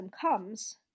comes